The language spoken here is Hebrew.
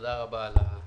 תודה רבה על הזכות.